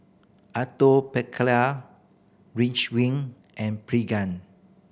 Atopiclair and Pregan